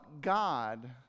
God